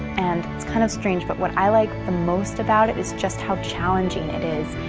and it's kind of strange, but what i like the most about it is just how challenging it is,